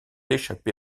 échappé